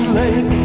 late